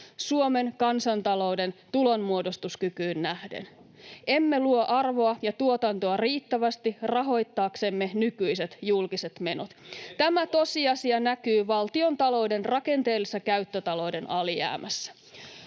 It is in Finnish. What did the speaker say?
Suomen kansantalouden tulonmuodostuskykyyn nähden. Emme luo arvoa ja tuotantoa riittävästi rahoittaaksemme nykyiset julkiset menot. [Timo Harakka: Niin ette luokaan!] Tämä tosiasia näkyy valtiontalouden rakenteellisessa käyttötalouden alijäämässä.